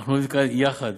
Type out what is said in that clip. אנחנו יחד,